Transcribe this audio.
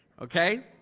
Okay